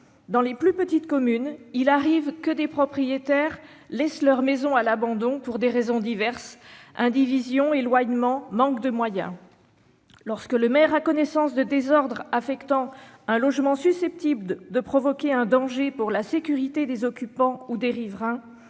Dans les plus petites communes, il arrive que des propriétaires laissent leur maison à l'abandon pour des raisons diverses- indivisions, éloignement, manque de moyens. Lorsque le maire a connaissance de désordres affectant un logement susceptible de provoquer un danger pour la sécurité des occupants ou des riverains,